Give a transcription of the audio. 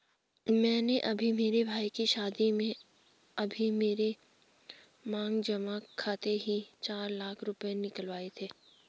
मैंने अभी मेरे भाई के शादी में अभी मेरे मांग जमा खाते से ही चार लाख रुपए निकलवाए थे